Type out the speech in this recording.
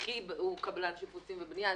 גם אחי הוא קבלן שיפוצים בבנייה.